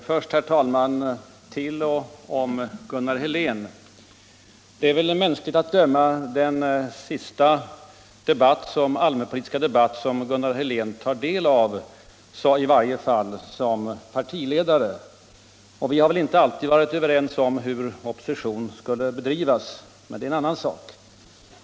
Herr talman! Först några ord till och om Gunnar Helén. Det är väl mänskligt att döma den sista allmänpolitiska debatt som han tar del av, i varje fall som partiledare. Vi har väl inte alltid varit överens om hur opposition skall bedrivas, men det är en annan sak.